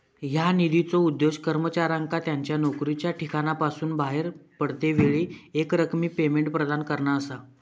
ह्या निधीचो उद्देश कर्मचाऱ्यांका त्यांच्या नोकरीच्या ठिकाणासून बाहेर पडतेवेळी एकरकमी पेमेंट प्रदान करणा असा